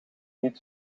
niet